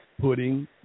Putting